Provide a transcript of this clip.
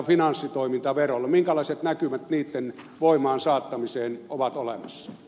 minkälaiset näkymät niitten voimaansaattamiseen ovat olemassa